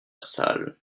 salle